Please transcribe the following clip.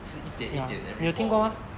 ya 你有听过吗